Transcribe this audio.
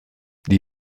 the